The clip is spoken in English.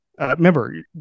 remember